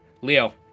Leo